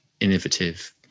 Innovative